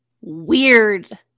weird